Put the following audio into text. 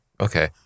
Okay